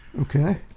Okay